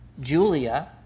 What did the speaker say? Julia